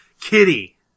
Kitty